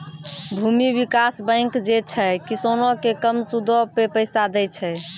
भूमि विकास बैंक जे छै, किसानो के कम सूदो पे पैसा दै छे